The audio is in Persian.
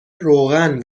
روغن